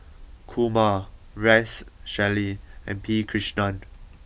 Kumar Rex Shelley and P Krishnan